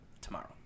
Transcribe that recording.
tomorrow